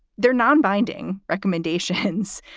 they're non-binding recommendations.